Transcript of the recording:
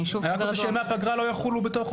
אני רק אומר שימי הפגרה לא יחולו בתוכו.